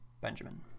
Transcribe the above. Benjamin